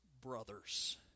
brothers